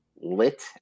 lit